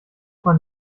man